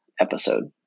episode